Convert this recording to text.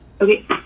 Okay